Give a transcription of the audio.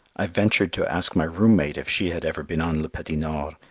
i ventured to ask my room-mate if she had ever been on le petit nord.